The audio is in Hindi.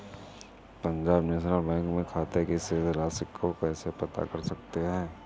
पंजाब नेशनल बैंक में खाते की शेष राशि को कैसे पता कर सकते हैं?